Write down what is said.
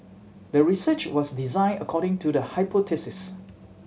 the research was designed according to the hypothesis